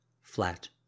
Flat